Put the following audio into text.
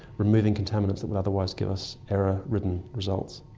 removing contaminants that would otherwise give us error ridden results.